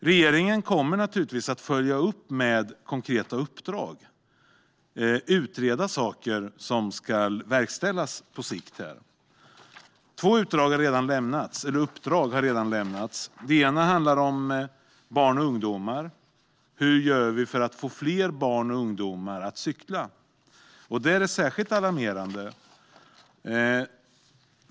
Regeringen kommer naturligtvis att följa upp med konkreta uppdrag och utreda saker som ska verkställas på sikt. Två uppdrag har redan lämnats. Det ena handlar om barn och ungdomar - hur gör vi för att få fler barn och ungdomar att cykla? Detta är särskilt alarmerande.